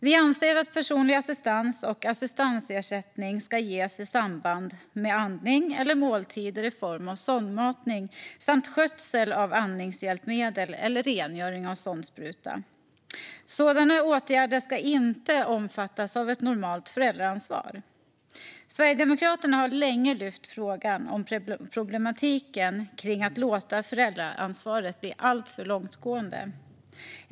Vi anser att personlig assistans och assistansersättning ska ges i samband med andning eller måltider i form av sondmatning samt skötsel av andningshjälpmedel eller rengöring av sondspruta. Sådana åtgärder ska inte omfattas av ett normalt föräldraansvar. Sverigedemokraterna har länge lyft fram frågan om problematiken kring att låta föräldraansvaret bli alltför långtgående.